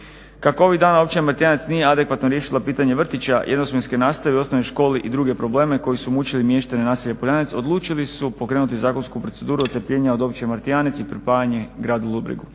Kako ovih dana općina Martijanec nije adekvatno riješila pitanje vrtića, jednosmjerske nastave u osnovnoj školi i druge probleme koji su mučili mještane naselja Poljanec odlučili su pokrenuti zakonsku proceduru odcjepljenja od Općine Martijanec i pripajanje Gradu Ludbregu.